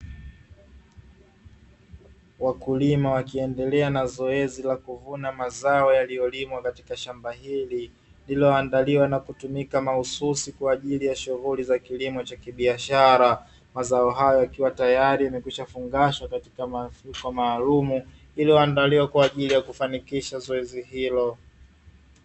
Wakulima wakiendelea na zoezi la kuvuna mazao yaliyolimwa katika shamba hili lililoandaliwa na kutumika mahususi kwa ajili ya shughuli za kilimo cha kibiashara. Mazao hayo yakiwa tayari yamekwisha fungashwa katika mfuko maalumu iliyoandaliwa kwa ajili ya kufanikisha zoezi hilo.